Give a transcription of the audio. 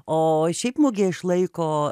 o šiaip mugė išlaiko